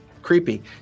Creepy